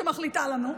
שמחליטה לנו,